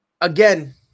again